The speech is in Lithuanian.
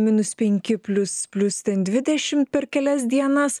minus penki plius plius ten dvidešimt per kelias dienas